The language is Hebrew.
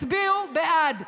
תצביעו בעד.